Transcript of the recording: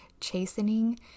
chastening